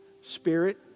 Spirit